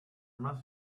must